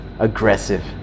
aggressive